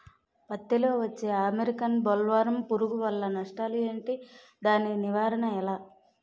పత్తి లో వచ్చే అమెరికన్ బోల్వర్మ్ పురుగు వల్ల నష్టాలు ఏంటి? దాని నివారణ ఎలా?